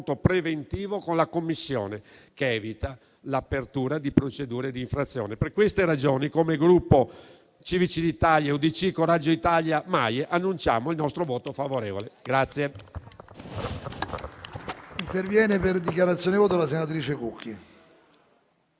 preventivo con la Commissione, che evita l'apertura di procedure di infrazione. Per queste ragioni, come Gruppo Civici d'Italia-UDC-Coraggio Italia-MAIE, annunciamo il nostro voto favorevole.